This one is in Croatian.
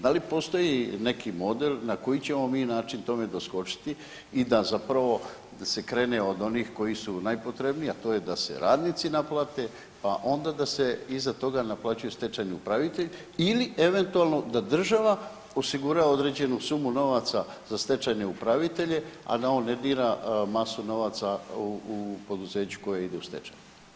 Da li postoji neki model na koji ćemo mi način tome doskočiti i da zapravo se krene od onih koji su najpotrebniji, a to je da se radnici naplate pa onda da se iza toga naplaćuju stečajni upravitelj ili eventualno da država osigura određenu sumu novaca za stečajne upravitelje, a da on ne dira masu novaca u poduzeću koje ide u stečaj.